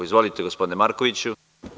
Izvolite, gospodine Markoviću.